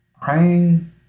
Praying